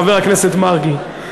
חבר הכנסת מרגי,